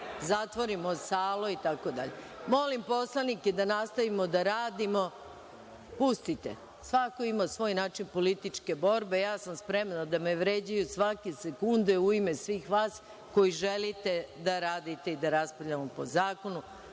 zatvorimo salu. Molim poslanike da nastavimo da radimo. Svako ima svoj način političke borbe. Ja sam spremna da me vređaju svake sekunde u ime svih vas koji želite da radite i da raspravljamo po zakonu.